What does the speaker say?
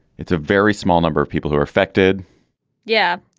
it's a very small number of people who are affected yeah.